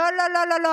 לא לא לא לא לא,